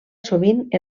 sovint